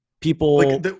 people